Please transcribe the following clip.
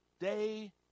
day